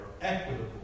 equitable